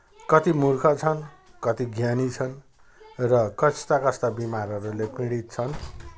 कति मूर्ख छ कति ज्ञानी छ र कस्ता कस्ता बिमारहरूले पीडित छन्